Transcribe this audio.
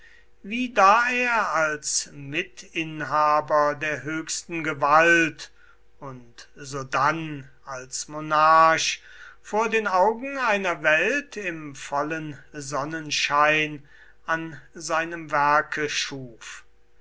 wie da er als mitinhaber der höchsten gewalt und sodann als monarch vor den augen einer welt im vollen sonnenschein an seinem werke schuf